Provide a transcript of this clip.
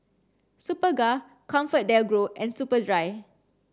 Superga ComfortDelGro and Superdry